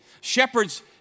Shepherds